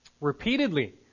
repeatedly